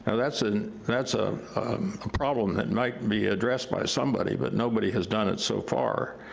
and that's and that's ah a problem that might be addressed by somebody, but nobody has done it so far.